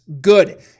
Good